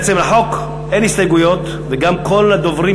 לעצם החוק אין הסתייגויות וגם כל הדוברים